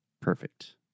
Perfect